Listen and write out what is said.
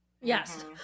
yes